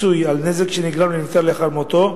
פיצוי על נזק שנגרם לנפטר לאחר מותו,